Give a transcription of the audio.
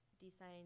design